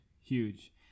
Huge